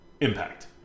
Impact